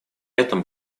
этом